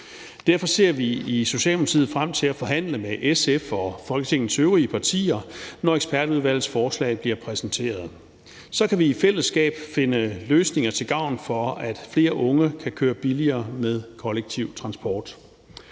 Derfor ser vi i Socialdemokratiet frem til at forhandle med SF og Folketingets øvrige partier, når ekspertudvalgets forslag bliver præsenteret. Så kan vi i fællesskab finde løsninger til gavn for, at flere unge kan køre billigere med kollektiv transport.